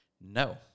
No